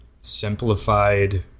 simplified